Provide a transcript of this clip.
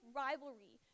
rivalry